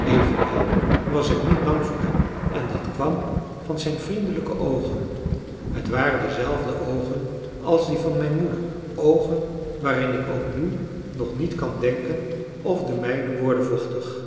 evenwel was ik niet bang voor hem en dat kwam van zijn vriendelijke oogen het waren dezelfde oogen als die van mijn moeder oogen waaraan ik ook nu nog niet kan denken of de mijne worden vochtig